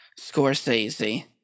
Scorsese